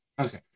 okay